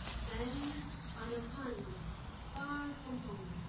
then on a pond far from home.